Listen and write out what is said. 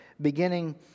beginning